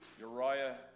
Uriah